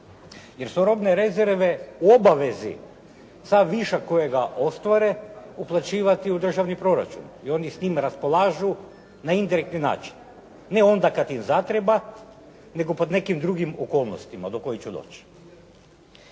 Jer su robne rezerve u obavezi sav višak kojega ostvare uplaćivati u državni proračun i oni s tim raspolažu na indirektni način. Ne onda kad im zatreba, nego pod nekim drugim okolnostima do kojih ću doći.